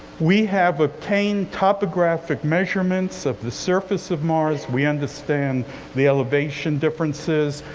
we have obtained topographic measurements of the surface of mars. we understand the elevation differences.